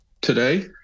today